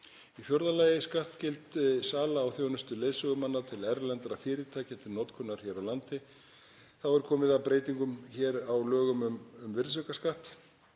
Í fjórða lagi er það skattskyld sala á þjónustu leiðsögumanna til erlendra fyrirtækja til notkunar hér á landi. Þá er komið að breytingum á lögum um virðisaukaskatt